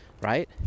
right